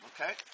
Okay